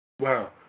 Wow